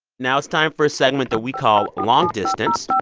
now it's time for a segment that we call long distance.